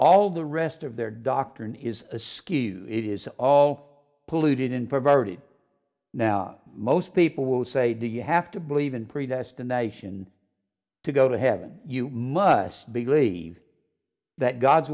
all the rest of their doctrine is askew it is all polluted in perverted now most people will say do you have to believe in predestination to go to heaven you must believe that god's